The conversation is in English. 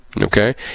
Okay